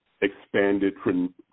expanded